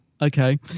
Okay